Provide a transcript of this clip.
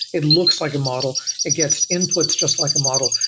it looks like a model. it gets inputs just like a model,